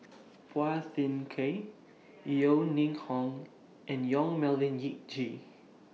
Phua Thin Kiay Yeo Ning Hong and Yong Melvin Yik Chye